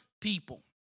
people